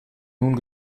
nun